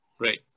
right